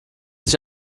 sich